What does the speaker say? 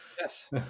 Yes